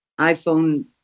iPhone